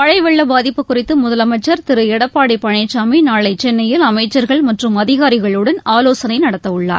மழை வெள்ள பாதிப்பு குறித்து முதலமைச்சர் திரு எடப்பாடி பழனிசாமி நாளை சென்னையில் அமைச்சர்கள் மற்றும் அதிகாரிகளுடன் ஆலோசனை நடத்தவுள்ளார்